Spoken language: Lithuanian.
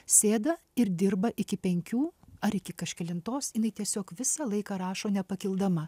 sėda ir dirba iki penkių ar iki kažkelintos jinai tiesiog visą laiką rašo nepakildama